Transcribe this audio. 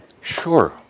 Sure